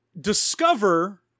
discover